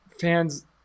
fans